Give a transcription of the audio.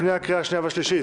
לפני הקריאה השנייה והשלישית.